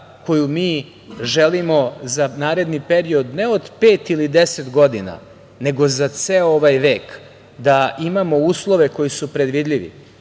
koju mi želimo za naredni period, ne od pet ili deset godina, nego za ceo ovaj vek, da imamo uslove koji su predvidljivi,